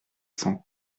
cent